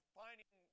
finding